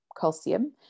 calcium